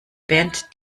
band